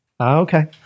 Okay